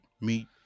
meat